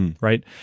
right